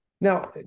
Now